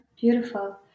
beautiful